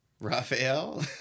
Raphael